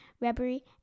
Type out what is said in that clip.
rubbery